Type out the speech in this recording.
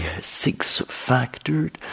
six-factored